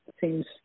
seems